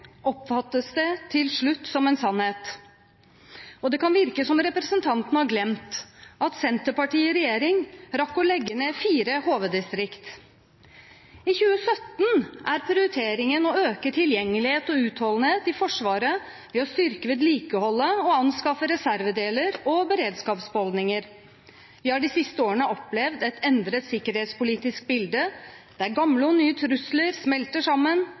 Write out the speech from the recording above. oppfattes det til slutt som en sannhet. Det kan virke som representanten har glemt at Senterpartiet i regjering rakk å legge ned fire HV-distrikt. I 2017 er prioriteringen å øke tilgjengelighet og utholdenhet i Forsvaret ved å styrke vedlikeholdet og anskaffe reservedeler og beredskapsbeholdninger. Vi har de siste årene opplevd et endret sikkerhetspolitisk bilde der gamle og nye trusler smelter sammen.